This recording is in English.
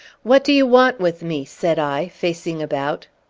what do you want with me? said i, facing about.